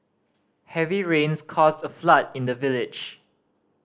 heavy rains caused a flood in the village